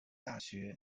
大学